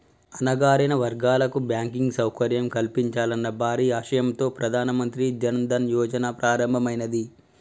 అణగారిన వర్గాలకు బ్యాంకింగ్ సౌకర్యం కల్పించాలన్న భారీ ఆశయంతో ప్రధాన మంత్రి జన్ ధన్ యోజన ప్రారంభమైనాది